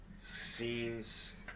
Scenes